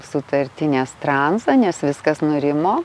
sutartinės transą nes viskas nurimo